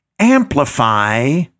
Amplify